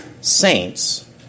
saints